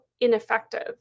ineffective